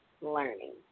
Learning